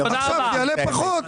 עכשיו זה יעלה פחות,